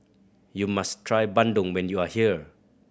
you must try bandung when you are here